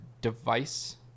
device